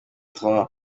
trans